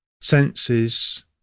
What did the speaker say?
senses